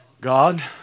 God